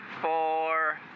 four